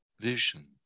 vision